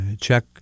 check